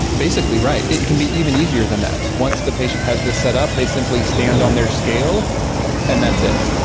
basically right. it can be even easier than that. once the patient has this set up they simply stand on their scale and that's it.